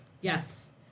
Yes